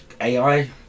AI